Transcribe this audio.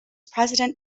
president